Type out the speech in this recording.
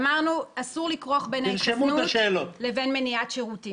אמרנו שאסור לכרוך בין ההתחסנות לבין מניעת שירותים.